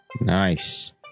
Nice